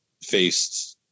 faced